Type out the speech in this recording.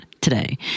today